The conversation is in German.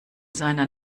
seiner